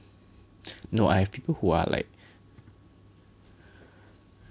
no I have people who are like